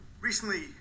Recently